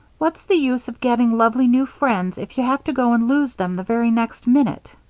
what's the use of getting lovely new friends if you have to go and lose them the very next minute?